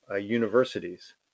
universities